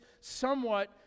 somewhat